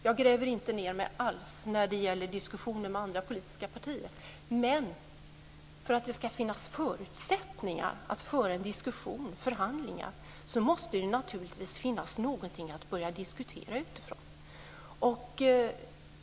Jag gräver inte ned mig alls när det gäller diskussionen med andra politiska partier, men för att det ska finnas förutsättningar att föra en diskussion och förhandlingar måste det naturligtvis finnas någonting att börja diskutera utifrån.